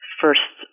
first